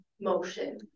motion